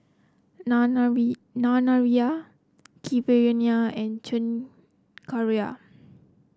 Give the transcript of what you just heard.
Naraina Keeravani and Chengara